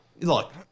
Look